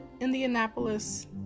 Indianapolis